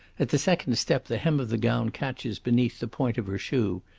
at the second step the hem of the gown catches beneath the point of her shoe.